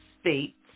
states